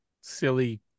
silly